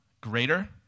greater